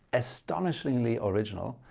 astonishingly original,